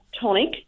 tonic